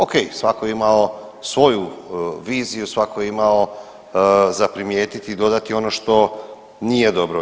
O.k. Svatko je imao svoju viziju, svatko je imao za primijetiti i dodati ono što nije dobro.